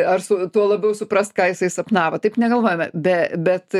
ar su tuo labiau suprast ką jisai sapnavo taip negalvojame be bet